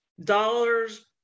dollars